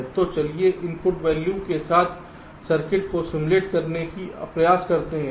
तो चलिए input value के साथ सर्किट को सिमुलेट करने का प्रयास करते हैं